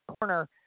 corner